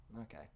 okay